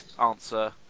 answer